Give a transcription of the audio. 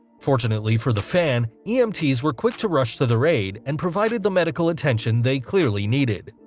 fortunately for the fan, emts were quick to rush to their aid, and provided the medical attention they clearly needed.